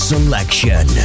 Selection